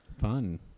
Fun